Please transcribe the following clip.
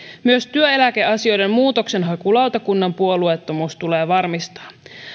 myös työeläkeasioiden muutoksenhakulautakunnan puolueettomuus tulee varmistaa